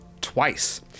twice